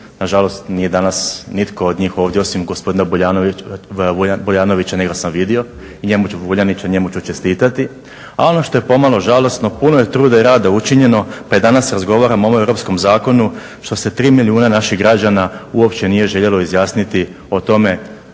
Nažalost nije danas nitko od njih ovdje osim gospodina Vuljanovića, njega sam vidio i njemu ću, Vuljanića, njemu ću čestitati. A ono što je pomalo žalosno, puno je truda i rada učinjeno pa i danas razgovaramo o ovom europskom zakonu što se tri milijuna građana uopće nije željelo izjasniti o tome